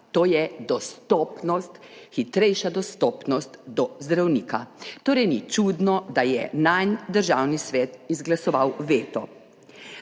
hitrejša dostopnost do zdravnika. Torej ni čudno, da je nanj Državni svet izglasoval veto.